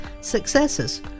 successes